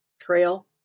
trail